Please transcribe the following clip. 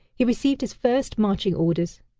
he received his first marching orders.